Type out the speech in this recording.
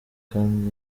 kandi